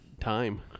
Time